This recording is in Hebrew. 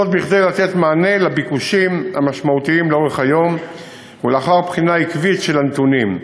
כדי לתת מענה לביקוש המשמעותי לאורך היום ולאחר בחינה עקבית של הנתונים.